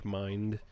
mind